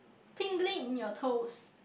tingling in your toes